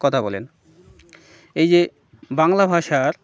কথা বলেন এই যে বাংলা ভাষার